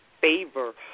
favor